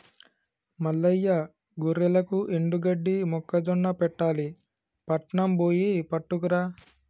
మల్లయ్య గొర్రెలకు ఎండుగడ్డి మొక్కజొన్న పెట్టాలి పట్నం బొయ్యి పట్టుకురా